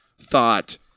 thought